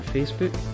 Facebook